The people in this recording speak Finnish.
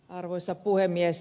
arvoisa puhemies